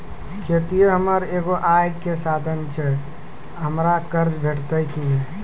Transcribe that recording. खेतीये हमर एगो आय के साधन ऐछि, हमरा कर्ज भेटतै कि नै?